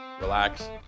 Relax